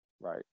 right